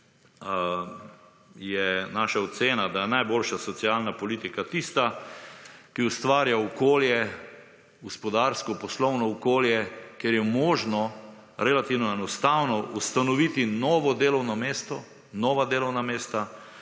je naša ocena, da je najboljša socialna politika tista, ki ustvarja okolje, gospodarsko, poslovno okolje, kjer je možno relativno enostavno ustanoviti novo delovno mesto, nova delovna mesta,